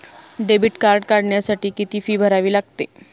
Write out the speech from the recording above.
Debit card काढण्यासाठी किती fee भरावी लागते?